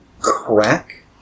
crack